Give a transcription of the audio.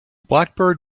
blackbird